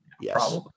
Yes